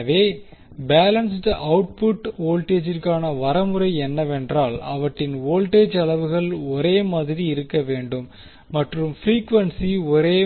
எனவே balanced output வோல்டேஜிர்கான வரைமுறை என்னவென்றால் அவற்றின் வோல்டேஜ் அளவுகள் ஒரே மாதிரி இருக்க வேண்டும் மற்றும் பிரீக்குவென்சி ஒரே